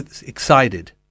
excited